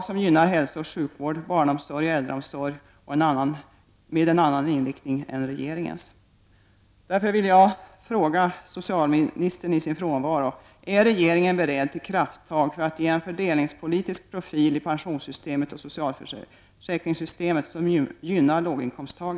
Vi har väckt förslag som har en annan inriktning än regeringens förslag och som gynnar hälsooch sjukvård samt barnoch äldreomsorg.